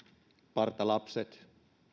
partalapset